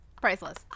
priceless